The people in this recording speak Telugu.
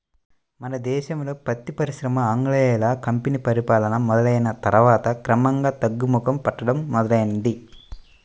మన దేశంలో పత్తి పరిశ్రమ ఆంగ్లేయుల కంపెనీ పరిపాలన మొదలయ్యిన తర్వాత క్రమంగా తగ్గుముఖం పట్టడం మొదలైంది